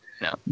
No